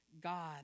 God